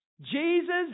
Jesus